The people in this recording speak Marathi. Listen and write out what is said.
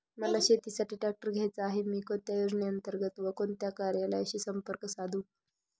मला शेतीसाठी ट्रॅक्टर घ्यायचा आहे, मी कोणत्या योजने अंतर्गत व कोणत्या कार्यालयाशी संपर्क साधू?